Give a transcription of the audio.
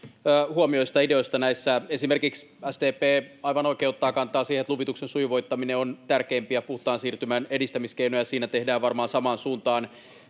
huomioista ja ideoista näissä. Esimerkiksi SDP aivan oikein ottaa kantaa siihen, että luvituksen sujuvoittaminen on tärkeimpiä puhtaan siirtymän edistämiskeinoja, ja siinä tehdään varmaan samaan suuntaan